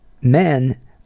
men